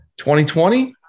2020